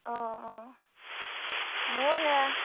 অঁ অঁ মোৰ সেয়া